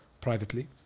privately